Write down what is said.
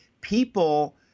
People